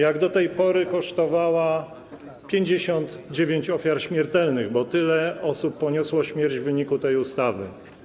Jak do tej pory kosztowało nas to 59 ofiar śmiertelnych, bo tyle osób poniosło śmierć w wyniku tej ustawy.